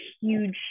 huge